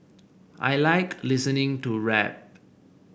I like listening to rap